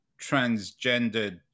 transgendered